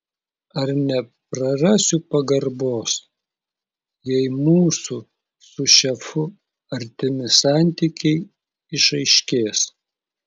ar neprarasiu pagarbos jei mūsų su šefu artimi santykiai išaiškės